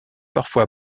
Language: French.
parfois